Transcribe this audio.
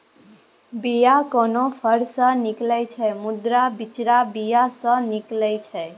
बीया कोनो फर सँ निकलै छै मुदा बिचरा बीया सँ निकलै छै